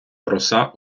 роса